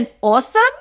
awesome